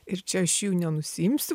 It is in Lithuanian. ir čia aš jų nenusiimsiu